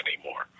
anymore